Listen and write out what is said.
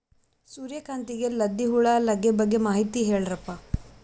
ಸೂರ್ಯಕಾಂತಿಗೆ ಲದ್ದಿ ಹುಳ ಲಗ್ಗೆ ಬಗ್ಗೆ ಮಾಹಿತಿ ಹೇಳರಪ್ಪ?